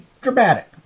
dramatic